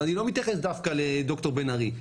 ואני לא מתייחס דווקא לד"ר בן ארי,